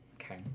Okay